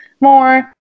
more